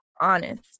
honest